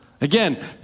Again